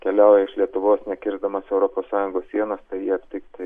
keliauja iš lietuvos nekirsdamas europos sąjungos sienos tai aptikti